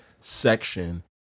section